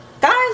Guys